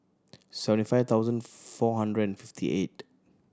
seventy five thousand four hundred and fifty eight